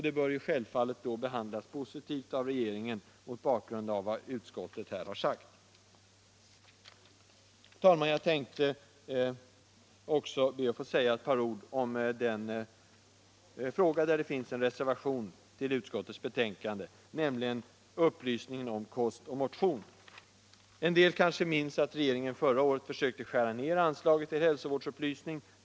Det bör självfallet behandlas positivt av regeringen mot bakgrund av vad utskottet har sagt. Fru talman! Jag tänkte också be att få säga några ord om den fråga där det finns en reservation vid betänkandet, nämligen upplysningsverksamheten om kost och motion. En del kanske minns att regeringen förra året försökte skära ned anslaget till hälsovårdsupplysning.